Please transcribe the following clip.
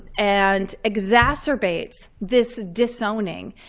and exacerbates this disowning.